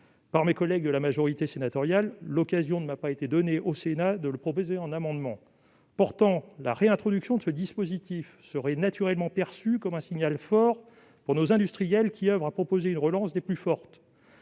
par mes collègues de la majorité sénatoriale, l'occasion ne m'a pas été donnée de proposer un tel amendement au Sénat. Pourtant, la réintroduction de ce dispositif serait naturellement perçue comme un signal fort pour nos industriels qui oeuvrent à proposer une relance des plus fortes.